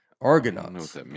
argonauts